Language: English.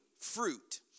fruit